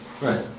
Right